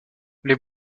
les